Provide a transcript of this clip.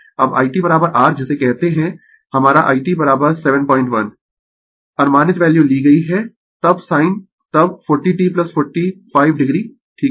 अब i t r जिसे कहते है हमारा i t 71 अनुमानित वैल्यू ली गयी है तब sin तब 40 t 45 o ठीक है